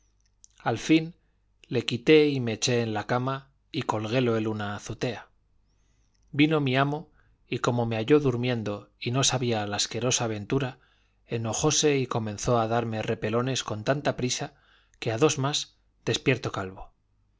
al fin le quité y me eché en la cama y colguélo en una azutea vino mi amo y como me halló durmiendo y no sabía la asquerosa aventura enojóse y comenzó a darme repelones con tanta prisa que a dos más despierto calvo